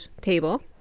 table